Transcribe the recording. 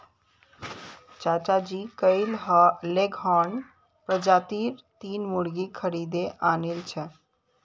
चाचाजी कइल लेगहॉर्न प्रजातीर तीन मुर्गि खरीदे आनिल छ